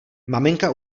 maminka